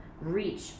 reach